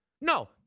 No